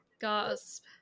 Gasp